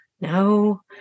No